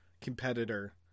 competitor